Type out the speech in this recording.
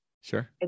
Sure